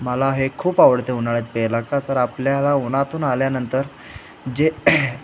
मला हे खूप आवडते उन्हाळ्यात प्यायला का तर आपल्याला उन्हातून आल्यानंतर जे